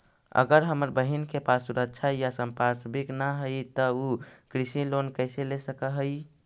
अगर हमर बहिन के पास सुरक्षा या संपार्श्विक ना हई त उ कृषि लोन कईसे ले सक हई?